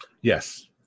Yes